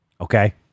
okay